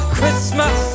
Christmas